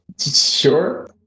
sure